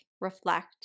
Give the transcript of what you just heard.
reflect